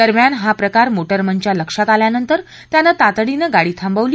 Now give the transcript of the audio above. दरम्यान हा प्रकार मोटरमनच्या लक्षात आल्यानंतर त्यानं तातडीनं गाडी थांबवली